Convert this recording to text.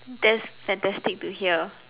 that's fantastic to hear